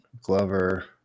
Glover